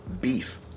beef